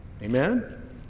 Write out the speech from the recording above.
Amen